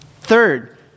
Third